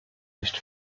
nicht